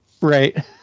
Right